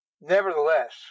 Nevertheless